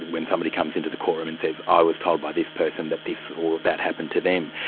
when somebody comes into the court room and says, i was told by this person that this or that happened to them.